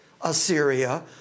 Assyria